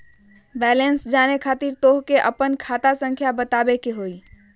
Balance जाने खातिर तोह के आपन खाता संख्या बतावे के होइ?